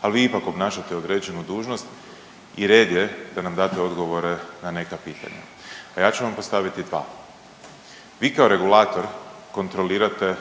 A vi ipak obnašate određenu dužnost i red je da nam date odgovore na neka pitanja, a ja ću vam postaviti dva. Vi kao regulator kontrolirate